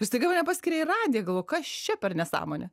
ir staiga mane paskiria į radiją galvoju kas čia per nesąmonė